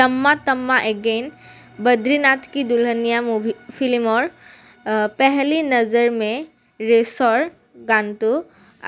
Tamma Tamma again Badrinath Ki Dulhania movie ফিল্মৰ পেহ্লি নজৰ মে' ৰেচৰ গানটো